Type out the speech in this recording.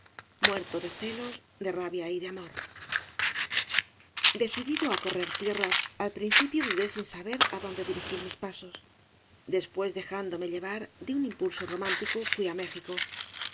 muerto de celos de rabia y de amor decidido á correr tierras al principio dudé sin saber á dónde dirigir mis pasos después dejándome llevar de un impulso romántico fui á méxico